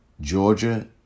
Georgia